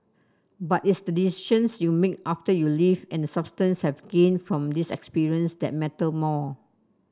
but its the decisions you make after you leave and substance have gained from this experience that matter more